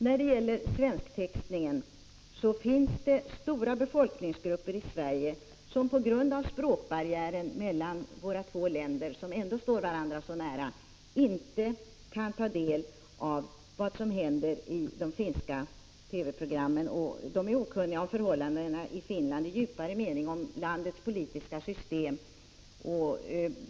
När det gäller textningen på svenska vill jag säga att det finns stora befolkningsgrupper i Sverige som på grund av språkbarriären mellan våra två länder, som ändå står varandra så nära, inte kan ta del av det som redovisas i de finska TV-programmen om vad som händer i Finland. De är okunniga om förhållandena i Finland i djupare mening, dvs. okunniga om landets politiska system och liknande.